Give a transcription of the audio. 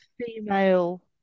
Female